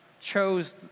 chose